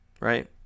Right